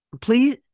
Please